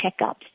checkups